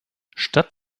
statt